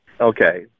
Okay